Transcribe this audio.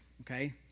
Okay